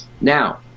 now